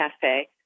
cafe